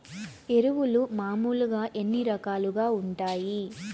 ఎరువులు మామూలుగా ఎన్ని రకాలుగా వుంటాయి?